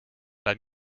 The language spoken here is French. pas